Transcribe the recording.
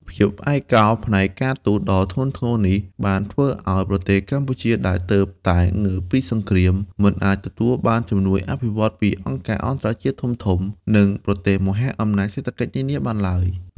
ភាពឯកោផ្នែកការទូតដ៏ធ្ងន់ធ្ងរនេះ បានធ្វើឱ្យប្រទេសកម្ពុជាដែលទើបតែងើបពីសង្គ្រាម មិនអាចទទួលបានជំនួយអភិវឌ្ឍន៍ពីអង្គការអន្តរជាតិធំៗ និងប្រទេសមហាអំណាចសេដ្ឋកិច្ចនានាបានឡើយ។